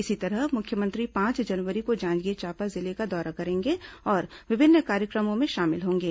इसी तरह मुख्यमंत्री पांच जनवरी को जांजगीर चांपा जिले का दौरा करेंगे और विभिन्न कार्यक्रमों में शामिल होंगे